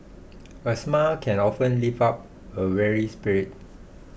a smile can often lift up a weary spirit